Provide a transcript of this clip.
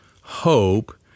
hope